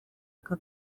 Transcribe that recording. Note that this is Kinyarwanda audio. aka